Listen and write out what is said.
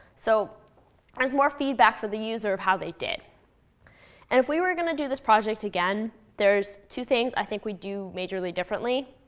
so there's more feedback for the user of how they did. and if we were going to do this project again, there's two things i think we'd do majorly differently.